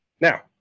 Now